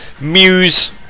muse